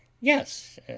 YES